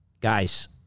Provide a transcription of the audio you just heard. Guys